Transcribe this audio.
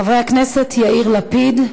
חבר הכנסת יאיר לפיד,